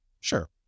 sure